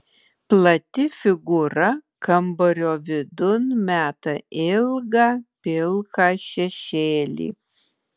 plati figūra kambario vidun meta ilgą pilką šešėlį